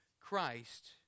Christ